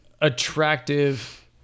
attractive